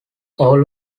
all